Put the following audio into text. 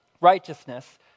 Righteousness